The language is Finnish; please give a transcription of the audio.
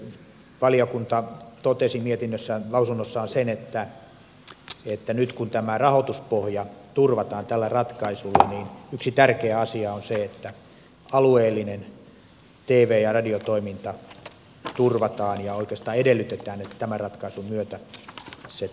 valiokunta totesi lausunnossaan sen että nyt kun tämä rahoituspohja turvataan tällä ratkaisulla niin yksi tärkeä asia on se että alueellinen tv ja radiotoiminta turvataan ja oikeastaan edellytetään että tämän ratkaisun myötä se on turvattu